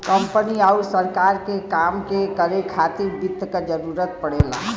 company आउर सरकार के काम के करे खातिर वित्त क जरूरत पड़ला